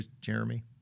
Jeremy